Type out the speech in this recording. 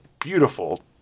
beautiful